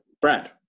Brad